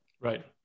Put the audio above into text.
right